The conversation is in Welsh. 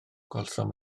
gwelsom